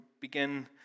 begin